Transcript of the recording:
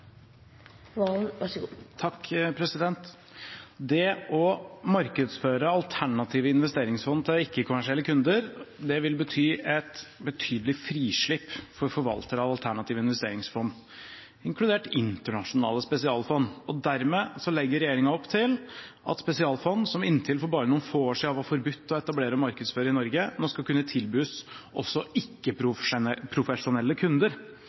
Det å markedsføre alternative investeringsfond til ikke-kommersielle kunder vil bety et betydelig frislipp for forvaltere av alternative investeringsfond, inkludert internasjonale spesialfond. Dermed legger regjeringen opp til at spesialfond, som inntil for bare noen få år siden var forbudt å etablere og markedsføre i Norge, nå skal kunne tilbys også